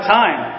time